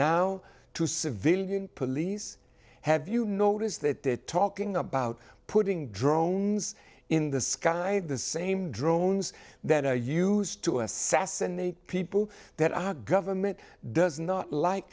now to civilian police have you noticed that they're talking about putting drones in the sky the same drones that are used to assassinate people that our government does not like